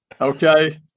okay